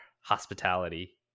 hospitality